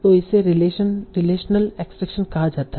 तो इसे relational extraction कहा जाता है